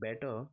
better